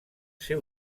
ser